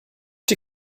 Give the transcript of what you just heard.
die